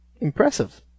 impressive